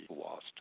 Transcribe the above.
lost